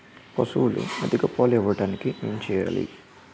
పశువులు అధిక పాలు ఇవ్వడానికి ఏంటి చేయాలి